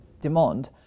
demand